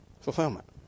Fulfillment